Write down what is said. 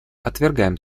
отвергаем